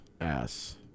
Ass